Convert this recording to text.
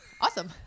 Awesome